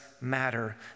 matter